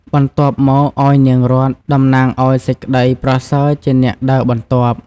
បន្ទាប់មកឲ្យនាងរតន៍ តំណាងឱ្យសេចក្តីប្រសើរជាអ្នកដើរបន្ទាប់។